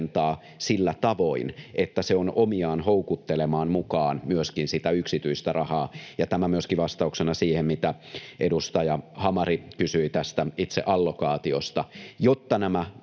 sillä tavoin, että se on omiaan houkuttelemaan mukaan myöskin sitä yksityistä rahaa. Tämä myöskin vastauksena siihen, mitä edustaja Hamari kysyi tästä itse allokaatiosta.